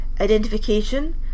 identification